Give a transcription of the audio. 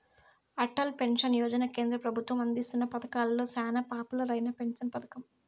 Atal pension Yojana కేంద్ర పెబుత్వం అందిస్తున్న పతకాలలో సేనా పాపులర్ అయిన పెన్సన్ పతకం